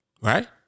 Right